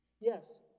Yes